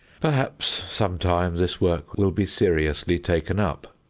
perhaps some time this work will be seriously taken up.